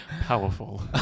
powerful